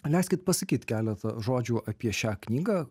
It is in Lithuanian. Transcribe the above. leiskit pasakyt keletą žodžių apie šią knygą